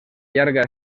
llarga